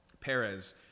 Perez